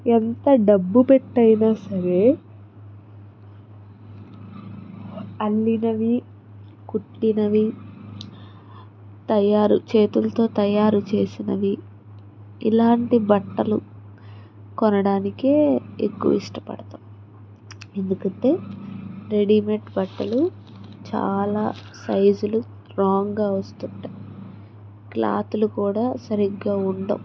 ఎంత డబ్బు పెట్టైనా సరే అల్లినవి కుట్టినవి తయారు చేతులతో తయారు చేసినవి ఇలాంటి బట్టలు కొనడానికే ఎక్కువ ఇష్టపడతారు ఎందుకంటే రెడీమేడ్ బట్టలు చాలా సైజులు రాంగ్గా వస్తుంటాయి క్లాతులు కూడా సరిగ్గా ఉండవు